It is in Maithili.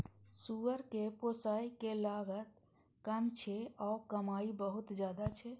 सुअर कें पोसय के लागत कम छै आ कमाइ बहुत ज्यादा छै